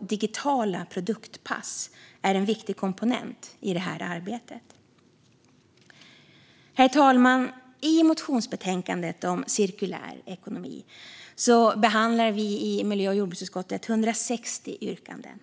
Digitala produktpass är en viktig komponent i det arbetet. Herr talman! I motionsbetänkandet om cirkulär ekonomi behandlar miljö och jordbruksutskottet 160 yrkanden.